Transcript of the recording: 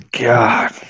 God